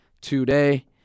today